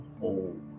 hold